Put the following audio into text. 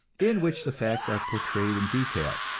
in which the facts are portrayed in detail,